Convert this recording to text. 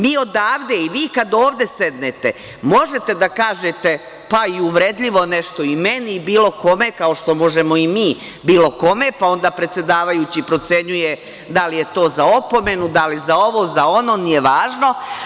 Mi odavde i vi kada ovde sednete možete da kažete, pa i uvredljivo nešto meni i bilo kome, kao što možemo i mi bilo kome, pa onda predsedavajući procenjuje da li je to za opomenu, da li za ovo, za ono, nije važno.